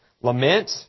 lament